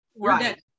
right